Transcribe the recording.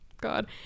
god